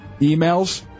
emails